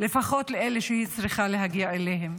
לפחות לאלה שהיא צריכה להגיע אליהם.